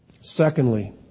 Secondly